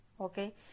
okay